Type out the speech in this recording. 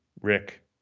Rick